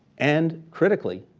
and critically,